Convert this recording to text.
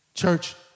church